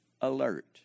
alert